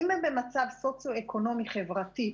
אם הם במצב סוציו-אקונומי חברתי,